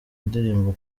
indirimbo